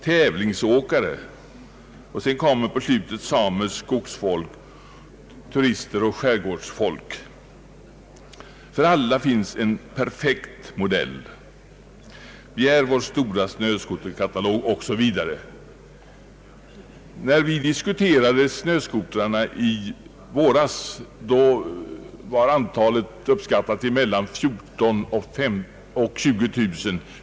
Tävlingsåkare, samer, skogsfolk, turister, skärgårdsfolk — för alla finns en perfekt modell. Begär vår stora snöskoterkatalog ———.» När vi i våras diskuterade snöskotrarna uppskattades antalet till mellan 14 000 och 20000.